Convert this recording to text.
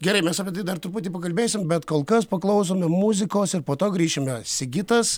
gerai mes apie tai dar truputį pakalbėsim bet kol kas paklausome muzikos ir po to grįšime sigitas